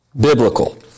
biblical